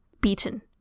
beaten